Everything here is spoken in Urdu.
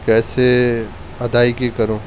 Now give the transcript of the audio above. کیسے ادائیگی کروں